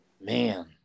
Man